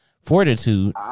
fortitude